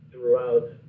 Throughout